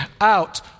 out